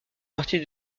partie